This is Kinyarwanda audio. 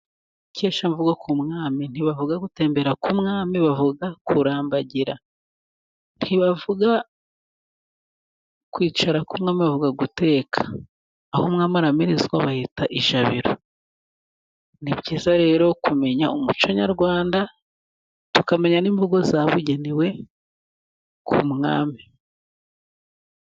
Ikeshamvugo ku mwami . Ntibavuga gutembera k'umwami ,bavuga kurambagira . Ntibavuga kwicara k'umwami, bavuga guteka . Aho umwami aramirizwa bahita ijabiro . Ni byiza rero kumenya umuco nyarwanda tukamenya n'imvugo zabugenewe ku mwami.